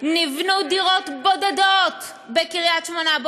נבנו דירות בודדות בקריית-שמונה,